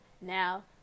Now